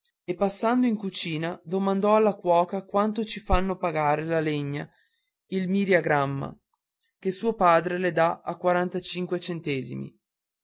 e passando in cucina domandò alla cuoca quanto ci fanno pagare le legna il miriagramma ché suo padre le dà a quarantacinque centesimi